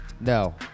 No